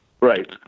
Right